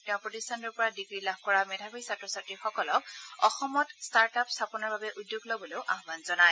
তেওঁ প্ৰতিষ্ঠানটোৰ পৰা ডিগ্ৰী লাভ কৰা মেধাৱী ছাত্ৰ ছাত্ৰীসকলক অসমত ষ্টাৰ্টআপ স্থাপনৰ বাবে উদ্যোগ ল'বলৈও আহ্বান জনায়